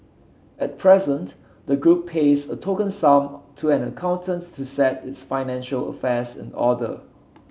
at present the group pays a token sum to an accountants to set its financial affairs in order